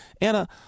Anna